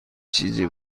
چیزی